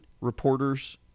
reporters